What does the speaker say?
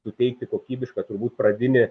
suteikti kokybišką turbūt pradinį